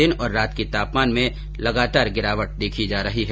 दिन और रात के तापमान में लगातार गिरावट दर्ज की जा रही है